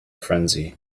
frenzy